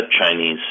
Chinese